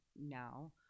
now